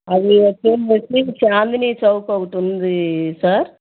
అది వచ్చేసి చాందిని చౌక్ ఒకటుంది సార్